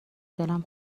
دلم